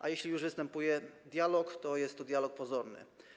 A jeśli już występuje dialog, to jest to dialog pozorny.